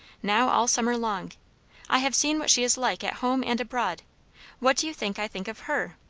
now all summer long i have seen what she is like at home and abroad what do you think i think of her?